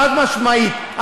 חד-משמעית,